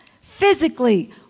Physically